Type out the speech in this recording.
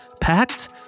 Packed